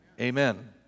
Amen